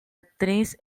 actriz